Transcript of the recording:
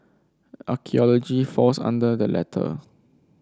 archaeology falls under the latter